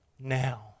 now